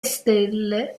stelle